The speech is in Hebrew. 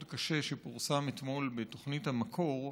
קשה שפורסם אתמול בתוכנית המקור,